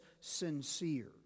sincere